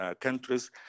countries